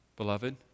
Beloved